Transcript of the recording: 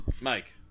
Mike